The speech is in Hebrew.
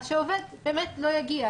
אז שהעובד באמת לא יגיע.